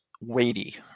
weighty